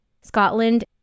Scotland